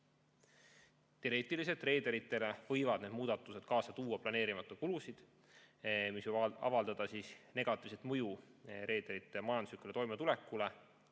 Teoreetiliselt reederitele võivad need muudatused kaasa tuua planeerimata kulusid, mis võivad avaldada negatiivset mõju reederite majanduslikule toimetulekule,